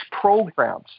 programs